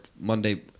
Monday